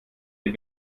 die